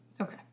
Okay